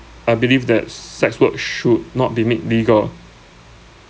I believe that s~ sex work sh~ should not be made legal